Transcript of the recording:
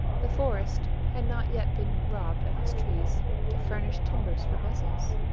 the forest had not yet been robbed of its trees to furnish timbers for vessels,